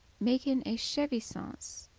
maken a chevisance,